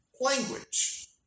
language